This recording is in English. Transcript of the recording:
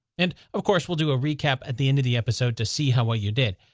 and, of course, we'll do a recap at the end of the episode to see how well you did.